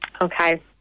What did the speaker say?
Okay